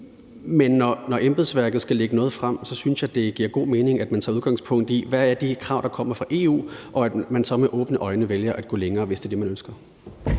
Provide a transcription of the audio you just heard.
Men når embedsværket skal lægge noget frem, synes jeg, det giver god mening, at man tager udgangspunkt i, hvad de krav, der kommer fra EU, er, og at man så med åbne øjne vælger at gå længere, hvis det er det, man ønsker.